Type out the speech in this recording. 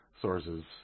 sources